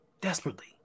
Desperately